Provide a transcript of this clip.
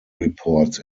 reports